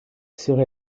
serait